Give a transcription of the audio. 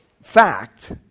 fact